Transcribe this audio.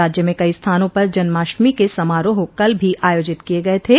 राज्य में कई स्थानों पर जन्माष्टमी के समारोह कल भो आयोजित किये गये थे